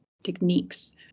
techniques